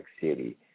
City